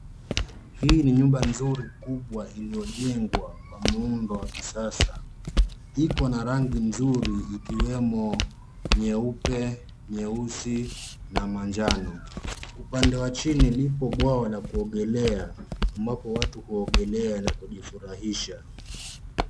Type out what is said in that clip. Hii ni nyumba nzuri kubwa iliyojengwa kwa muundo wa kisasa. Iko na rangi nzuri ikiwemo nyeupe, nyeusi na manjano. Upande wa chini lipo bwawa la kuogelea ambako watu huogelea na kujifurahisha.